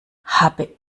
habe